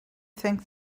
think